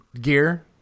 gear